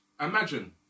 imagine